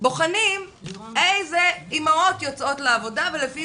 בוחנים איזה אימהות יוצאות לעבודה ולפי